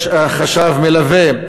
יש חשב מלווה.